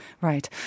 Right